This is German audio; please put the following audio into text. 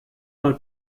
mal